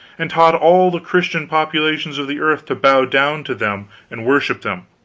and taught all the christian populations of the earth to bow down to them and worship them.